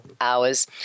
hours